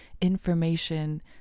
information